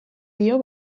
dio